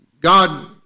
God